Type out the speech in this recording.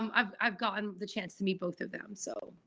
um i've i've gotten the chance to meet both of them. so,